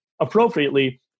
appropriately